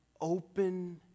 open